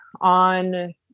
on